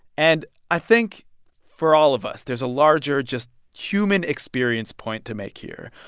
and i think for all of us, there's a larger, just human experience point to make here,